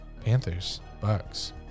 Panthers-Bucks